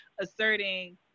asserting